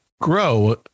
grow